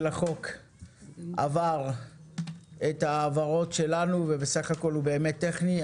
החוק עבר את ההבהרות שלנו ובסך הכול הוא באמת טכני.